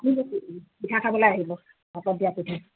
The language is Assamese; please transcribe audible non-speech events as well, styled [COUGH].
[UNINTELLIGIBLE] পিঠা খাবলৈ আহিব ভাপত দিয়া পিঠা